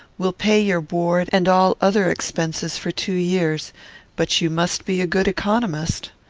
will pay your board and all other expenses for two years but you must be a good economist.